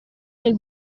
nel